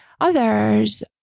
others